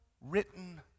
written